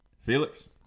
Felix